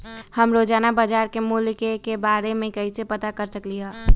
हम रोजाना बाजार के मूल्य के के बारे में कैसे पता कर सकली ह?